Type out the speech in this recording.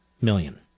million